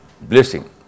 blessing